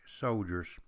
soldiers